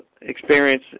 experience